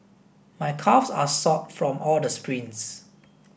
my calves are sore from all the sprints